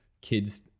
kids